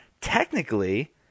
technically